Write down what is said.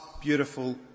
beautiful